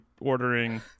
ordering